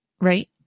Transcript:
right